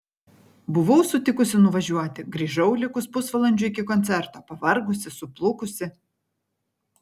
buvau sutikusi nuvažiuoti grįžau likus pusvalandžiui iki koncerto pavargusi suplukusi